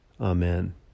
amen